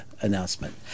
announcement